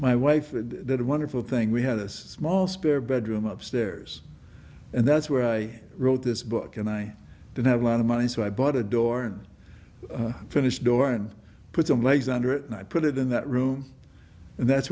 my wife and that wonderful thing we had a small spare bedroom upstairs and that's where i wrote this book and i didn't have a lot of money so i bought a door and finished door and put some legs under it and i put it in that room and that's